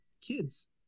Kids